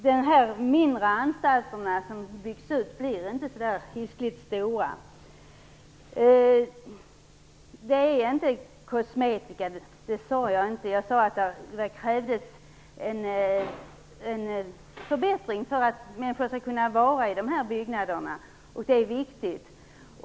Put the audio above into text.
De mindre anstalter som byggs ut blir inte så hiskligt stora. Jag sade inte att det blir fråga om kosmetika. Jag sade att det krävs en förbättring för att människor skall kunna vistas i dessa byggnader, och det är viktigt.